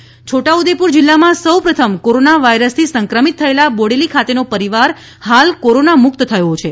છોટા Udepur corona Chhota Udepur જિલ્લા માં સૌ પ્રથમ કોરોના વાયરસ થી સંક્રમિત થયેલા બોડેલી ખાતેનો પરિવાર હાલ કોરોના મુક્ત થયો છે